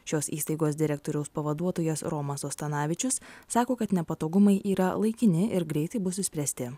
šios įstaigos direktoriaus pavaduotojas romas ostanavičius sako kad nepatogumai yra laikini ir greitai bus išspręsti